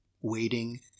waiting